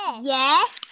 Yes